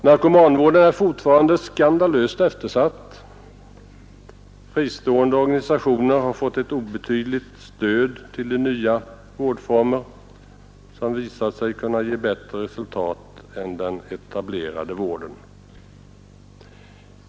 Narkomanvården är fortfarande skandalöst eftersatt. Fristående organisationer har bara fått obetydligt stöd till de nya vårdformer som visat sig kunna ge bättre resultat än den etablerade vården.